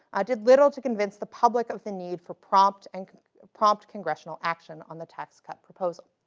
did little to convince the public of the need for prompt and prompt congressional action on the tax cut proposal.